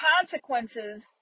consequences